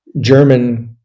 German